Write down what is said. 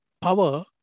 power